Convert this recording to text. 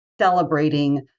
celebrating